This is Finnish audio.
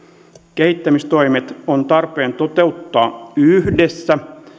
kehittämistoimet on tarpeen toteuttaa yhdessä